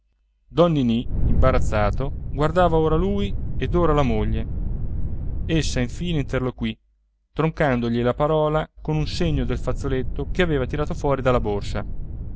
ninì imbarazzato guardava ora lui ed ora la moglie essa infine interloquì troncandogli la parola con un segno del fazzoletto che aveva tirato fuori dalla borsa